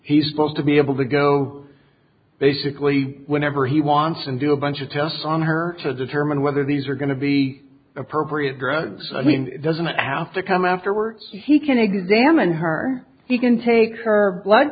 he's supposed to be able to go basically whenever he wants and do a bunch of tests on her to determine whether these are going to be appropriate drugs i mean doesn't it have to come afterwards he can examine her he can take her blood